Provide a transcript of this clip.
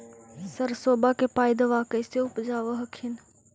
सरसोबा के पायदबा कैसे उपजाब हखिन?